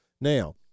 Now